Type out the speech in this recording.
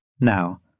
Now